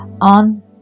on